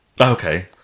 Okay